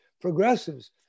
progressives